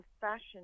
fashion